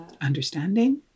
Understanding